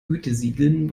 gütesiegeln